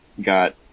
got